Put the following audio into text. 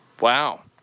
Wow